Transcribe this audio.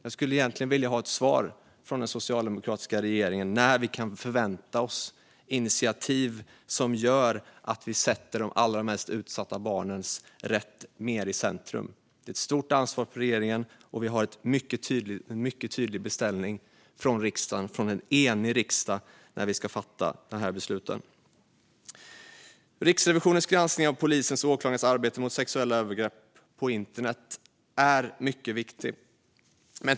Jag skulle vilja ha ett svar av den socialdemokratiska regeringen när vi kan förvänta oss initiativ som gör att vi sätter de allra mest utsatta barnens rätt i centrum. Det vilar ett stort ansvar på regeringen, och vi har en mycket tydlig beställning från en enig riskdag när vi ska fatta dessa beslut. Riksrevisionens granskning av polisens och åklagarnas arbete mot sexuella övergrepp på internet är mycket viktig.